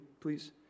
please